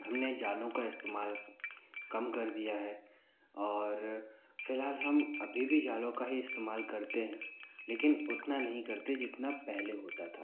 हमने जालों का इस्तेमाल कम कर दिया है और फिलहाल हम अभी भी जालों का ही इस्तेमाल करते हैं लेकिन उतना नहीं करते जितना पहले होता था